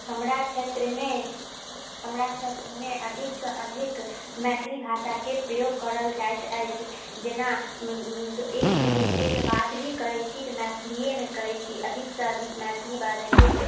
हमरा क्षेत्रमे हमरा क्षेत्रमे अधिक से अधिक मैथिली भाषाकेँ प्रयोग करल जाइत अछि जेना एक दूसरे से बात भी करैत छै तऽ मैथिलिएमे करैत छी अधिकसँ अधिक मैथिली बाजऽ के